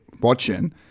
watching